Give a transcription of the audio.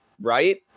right